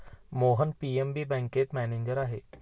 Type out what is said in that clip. Mohan PNB बँकेत manager आहेत